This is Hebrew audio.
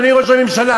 אדוני ראש הממשלה,